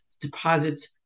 deposits